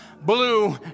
Blue